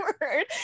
word